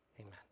amen